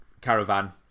caravan